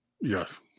yes